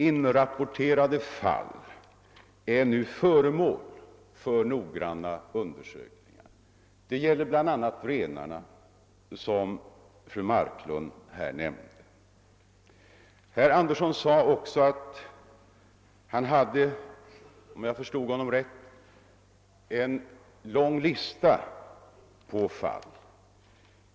Inrapporterade fall är nu föremål för noggranna undersökningar. Det gäller bl.a. renarna, som fru Marklund nämnde. Herr Andersson sade också — om jag förstod honom rätt — att han hade en lång lista på fall.